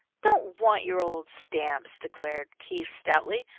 don't want your old stamps, declared keith, stoutly.